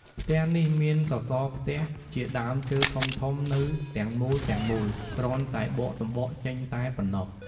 ផ្ទះនេះមានសសរផ្ទះជាដើមឈើធំៗ នៅទាំងមូលៗ គ្រាន់តែបកសំបកចេញតែប៉ុណ្ណោះ។